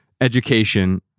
education